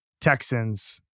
Texans